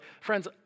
friends